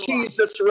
Jesus